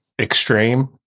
extreme